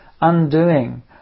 undoing